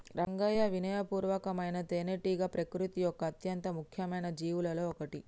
రంగయ్యా వినయ పూర్వకమైన తేనెటీగ ప్రకృతి యొక్క అత్యంత ముఖ్యమైన జీవులలో ఒకటి